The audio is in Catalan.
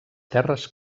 terres